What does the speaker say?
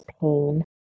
pain